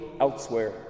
elsewhere